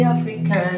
Africa